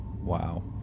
Wow